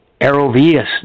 Aerovias